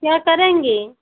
क्या करेंगी